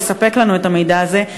לספק לנו את המידע הזה,